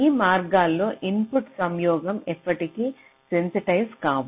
ఈ మార్గాలు ఇన్పుట్ల సంయోగం ఎప్పటికీ సెన్సిటైజ కావు